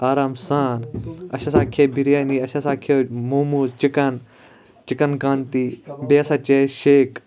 آرام سان اَسہِ ہَسا کھے بَریٲنی اَسہِ ہَسا کھے موموز چِکَن چِکَن کانتی بیٚیہِ ہَسا چے اَسہِ شیک